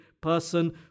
person